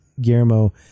Guillermo